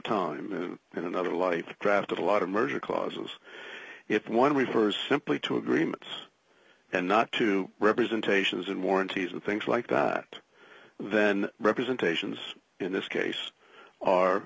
time in another life attracted a lot of merger clauses if one refers simply to agreements and not to representations and warranties and things like that then representations in this case are